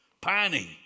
pining